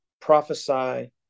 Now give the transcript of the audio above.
Prophesy